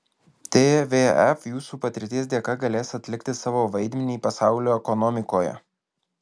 tvf jūsų patirties dėka galės atlikti savo vaidmenį pasaulio ekonomikoje